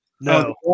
No